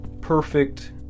perfect